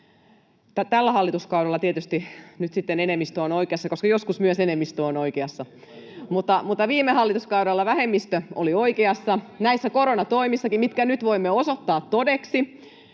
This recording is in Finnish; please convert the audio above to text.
Tällä hallituskaudella tietysti nyt sitten enemmistö on oikeassa — joskus myös enemmistö on oikeassa. Mutta viime hallituskaudella vähemmistö oli oikeassa näissä koronatoimissakin, minkä nyt voimme osoittaa todeksi.